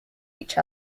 each